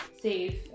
safe